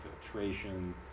filtration